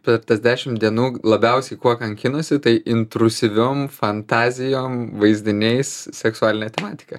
per tas dešim dienų labiausiai kuo kankinosi tai intrusiviom fantazijom vaizdiniais seksualine tematika